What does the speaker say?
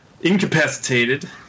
incapacitated